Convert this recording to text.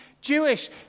Jewish